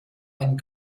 einen